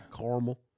caramel